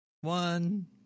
one